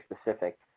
specific